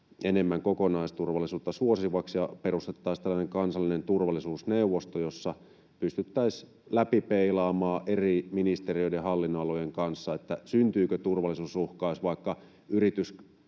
enemmän kokonaisturvallisuutta suosiviksi ja perustettaisiin tällainen kansallinen turvallisuusneuvosto, jossa pystyttäisiin läpipeilaamaan eri ministeriöiden hallinnonalojen kanssa sitä, syntyykö turvallisuusuhkaa, jos vaikka yrityskauppa